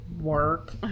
Work